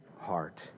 heart